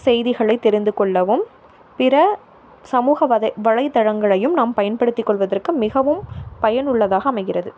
செய்திகளை தெரிந்து கொள்ளவும் பிற சமூக வள வலைதளங்களையும் நாம் பயன்படுத்திக் கொள்வதற்கு மிகவும் பயன் உள்ளதாக அமைகிறது